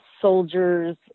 soldiers